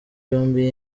yombi